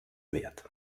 wert